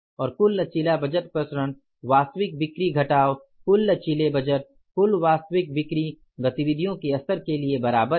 और कुल लचीला बजट प्रसरण वास्तविक बिक्री घटाव कुल लचीले बजट कुल वास्तविक बिक्री गतिविधियों के स्तर के लिए के बराबर है